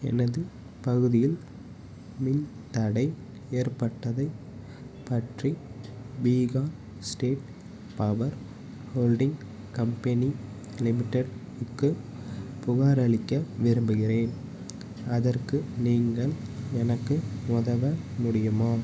எனது பகுதியில் மின்தடை ஏற்பட்டதை பற்றி Bihar state power holding company லிமிட்டெடுக்கு புகாரளிக்க விரும்புகிறேன் அதற்கு நீங்கள் எனக்கு உதவ முடியுமா